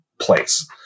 place